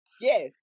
Yes